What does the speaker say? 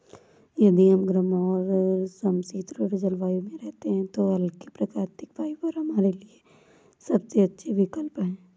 यदि हम गर्म और समशीतोष्ण जलवायु में रहते हैं तो हल्के, प्राकृतिक फाइबर हमारे लिए सबसे अच्छे विकल्प हैं